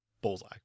bullseye